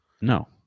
No